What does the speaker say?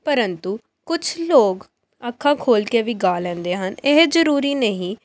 ਪਰੰਤੂ ਕੁਛ ਲੋਕ ਅੱਖਾਂ ਖੋਲ ਕੇ ਵੀ ਗਾ ਲੈਂਦੇ ਹਨ ਇਹ ਜ਼ਰੂਰੀ ਨਹੀਂ